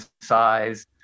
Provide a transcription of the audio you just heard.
size